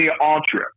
Ultra